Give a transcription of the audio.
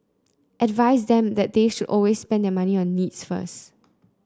advise them that they should always spend their money on needs first